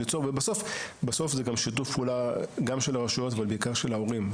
בסוף זה גם שיתוף פעולה גם של הרשויות אבל בעיקר של ההורים.